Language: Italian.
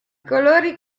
colori